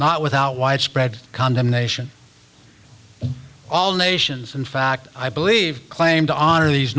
not without widespread condemnation all nations in fact i believe claim to honor these